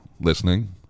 listening